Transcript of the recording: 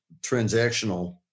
transactional